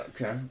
Okay